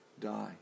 die